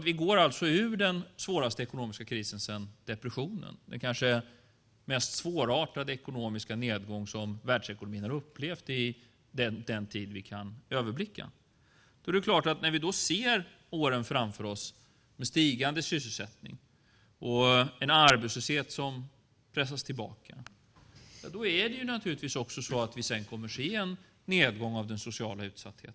Vi går ur den svåraste ekonomiska krisen sedan depressionen med den kanske mest svårartade ekonomiska nedgång som världsekonomin har upplevt under den tid vi kan överblicka. När vi då ser på åren framför oss med stigande sysselsättning och en arbetslöshet som pressas tillbaka kommer vi naturligtvis också sedan att se en nedgång av den sociala utsattheten.